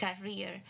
career